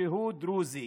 שהוא דרוזי?